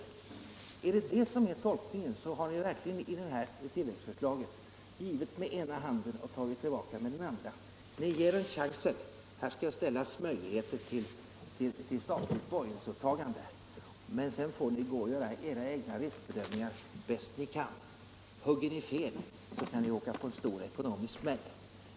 Är detta den riktiga tolkningen, så har ni verkligen i det här tilläggsförslaget givit med ena handen och tagit tillbaka med den andra. Ni ger kraftföretagen chansen: Här skapas möjligheter till statligt borgensåtagande, men sedan får ni göra era egna riskbedömningar bäst ni kan — hugger ni fel, så kan ni åka på en stor ekonomisk smäll!